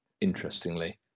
interestingly